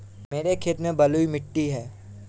मेरे खेत में बलुई मिट्टी ही है